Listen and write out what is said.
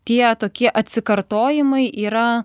tie tokie atsikartojimai yra